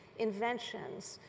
inventions,